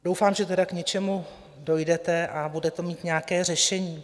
Doufám, že tedy k něčemu dojdete a budete mít nějaké řešení.